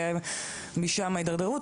ומשם ההידרדרות.